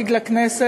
לנאום,